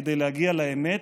כדי להגיע לאמת.